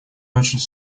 очень